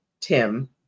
Tim